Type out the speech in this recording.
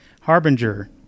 Harbinger